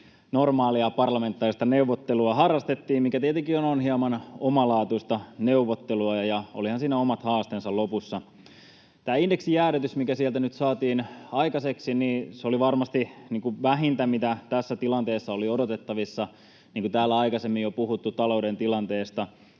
normaalia parlamentaarista neuvottelua harrastettiin, mikä tietenkin on hieman omalaatuista neuvottelua, ja olihan siinä omat haasteensa lopussa. Tämä indeksijäädytys, mikä sieltä nyt saatiin aikaiseksi, oli varmasti vähintä, mitä tässä tilanteessa oli odotettavissa. Niin kuin täällä jo aikaisemmin on puhuttu talouden tilanteesta,